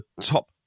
top